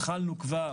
התחלנו כבר